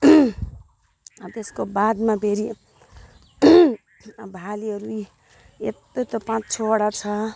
त्यसको बादमा फेरि भालेहरू यी यत्रो यत्रो पाँच छवटा छ